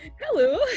Hello